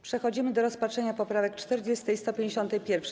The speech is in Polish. Przechodzimy do rozpatrzenia poprawek 40. i 151.